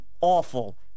awful